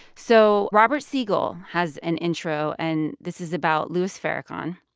so robert siegel has an intro, and this is about louis farrakhan.